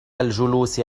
الجلوس